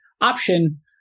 option